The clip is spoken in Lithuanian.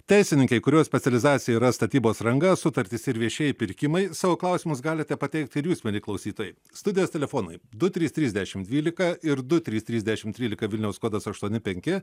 teisininkei kurios specializacija yra statybos ranga sutartys ir viešieji pirkimai savo klausimus galite pateikti ir jūs mieli klausytojai studijos telefonai du trys trys dešim dvylika ir du trys trys dešim trylika vilniaus kodas aštuoni penki